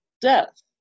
death